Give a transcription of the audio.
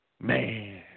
Man